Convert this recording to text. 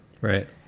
Right